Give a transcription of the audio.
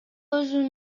өзүнүн